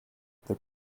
their